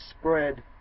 spread